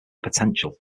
potential